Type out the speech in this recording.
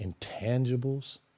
intangibles